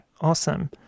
Awesome